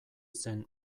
zen